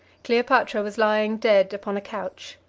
cleopatra was lying dead upon a couch.